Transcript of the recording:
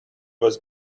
was